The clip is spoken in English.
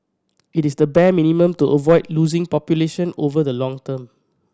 it is the bare minimum to avoid losing population over the long term